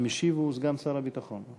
המשיב הוא סגן שר הביטחון.